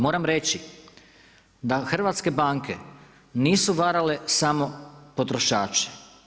Moram reći da hrvatske banke nisu varale samo potrošače.